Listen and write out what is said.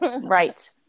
right